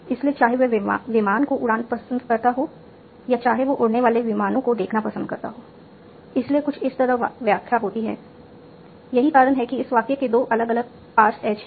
इसलिए चाहे वह विमान को उड़ाना पसंद करता हो या चाहे वह उड़ने वाले विमानों को देखना पसंद करता हो इसलिए कुछ इस तरह व्याख्या होती है यही कारण है कि इस वाक्य के दो अलग अलग पार्स एज हैं